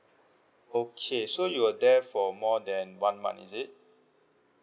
okay so you were there for more than one month is it